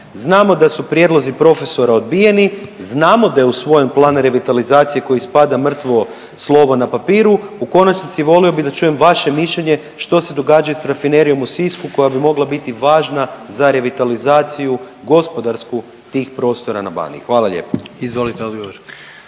Znamo da su prijedlozi profesora odbijeni, znamo da je usvojen plan revitalizacije koji ispada mrtvo slovo na papiru. U konačnici volio bi da čujem vaše mišljenje što se događa i s Rafinerijom u Sisku koja bi mogla biti važna za revitalizaciju gospodarsku tih prostora na Baniji, hvala lijepo. **Jandroković,